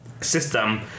system